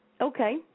Okay